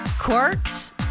Quirks